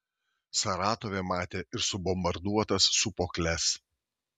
saratove matė ir subombarduotas sūpuokles